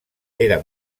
era